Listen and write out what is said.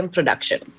Production